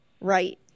right